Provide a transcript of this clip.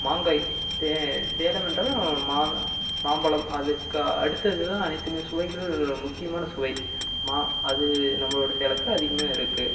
மாங்காய் சேலம் என்றாலே மாம்பழம் அதுக்கு அடுத்தது தான் அனைத்துமே சுவைகளில் முக்கியமான சுவை மா அது நம்மளோட சேலத்தில் அதிகமாக இருக்குது